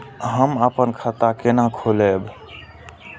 हम आपन खाता केना खोलेबे?